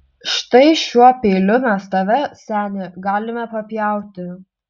štai šiuo peiliu mes tave seni galime papjauti